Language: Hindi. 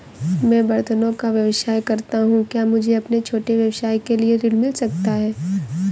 मैं बर्तनों का व्यवसाय करता हूँ क्या मुझे अपने छोटे व्यवसाय के लिए ऋण मिल सकता है?